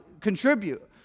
contribute